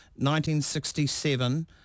1967